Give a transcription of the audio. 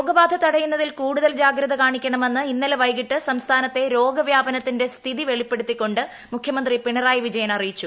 രോഗബാധ തടയുന്നതിൽ ്ട്കൂടുത്ൽ ജാഗ്രത കാണിക്കണമെന്ന് ഇന്നലെ വൈകിട്ട് സംസ്കാന്ത്ത രോഗവ്യാപനത്തിന്റെ സ്ഥിതി വെളിപ്പെടുത്തികൊണ്ട് മുഖ്യമന്ത്രി പിണറായി വിജയൻ അറിയിച്ചു